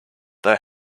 they